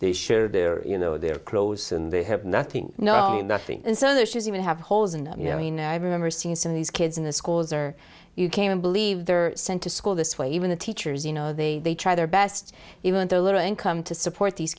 they share their you know their clothes and they have nothing no nothing and so their shoes even have holes and you know you know i remember seeing some of these kids in the schools or you can believe they're sent to school this way even the teachers you know they they try their best even their little income to support these